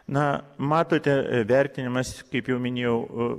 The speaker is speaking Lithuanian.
na matote vertinimas kaip jau minėjau